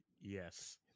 Yes